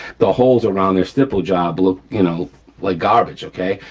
the holes around their stipple job look you know like garbage, okay.